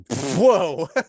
whoa